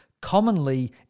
commonly